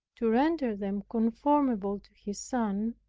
to render them conformable to his son,